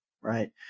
Right